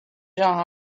johns